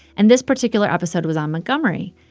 and this particular episode was on montgomery.